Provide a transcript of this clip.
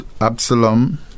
Absalom